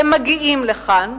הם מגיעים לכאן,